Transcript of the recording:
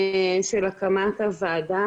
הוועדה